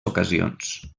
ocasions